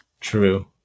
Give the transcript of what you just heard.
True